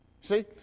See